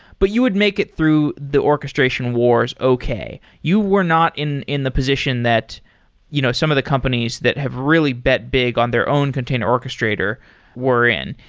but you would make it through the orchestration wars okay. you were not in in the position that you know some of the companies that have really bet big on their own container orchestrator were in.